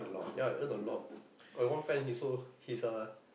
ya earn a lot got one friend he also he's a